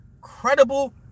credible